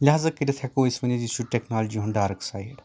لِہازا کٔرِتھ ہٮ۪کو أسۍ ؤنِتھ یہِ چھُ نہٕ ٹیکنالوجی ہُنٛد ڈارٕک سایڈ